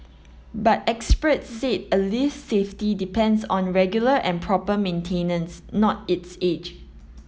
but experts said a lift's safety depends on regular and proper maintenance not its age